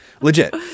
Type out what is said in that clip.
legit